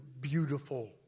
beautiful